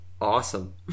awesome